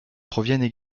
proviennent